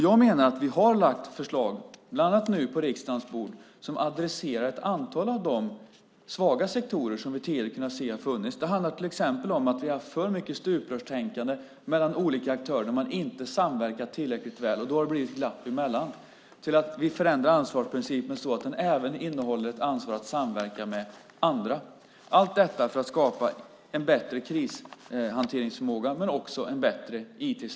Jag menar att vi har lagt fram förslag, bland annat nu på riksdagens bord, som adresserar ett antal av de svaga sektorer som vi tidigare sett har funnits. Det handlar till exempel om att vi har haft för mycket stuprörstänkande mellan olika aktörer där man inte har samverkat tillräckligt väl, och då har det blivit glapp emellan. Vi förändrar ansvarsprincipen så att den även innehåller ett ansvar att samverka med andra - allt detta för att skapa en bättre krishanteringsförmåga och en bättre IT-säkerhet.